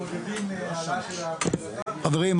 חברים,